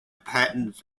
patterns